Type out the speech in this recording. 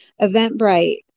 Eventbrite